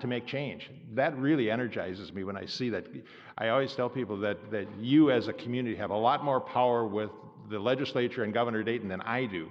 to make change that really energizes me when i see that i always tell people that you as a community have a lot more power with the legislature and governor dayton than i do